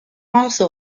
also